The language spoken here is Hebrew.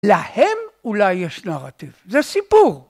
להם אולי יש נרטיב, זה סיפור.